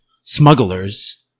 smugglers